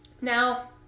Now